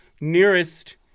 nearest